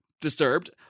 disturbed